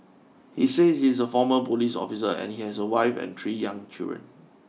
he said he's a former police officer and he has a wife and three young children